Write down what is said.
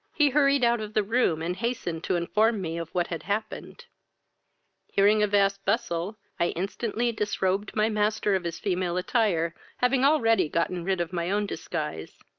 he hurried out of the room, and hastened to inform me of what had happened hearing a vast bustle, i instantly disrobed my master of his female attire, having already gotten rid of my own disguise